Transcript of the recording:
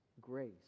Grace